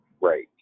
right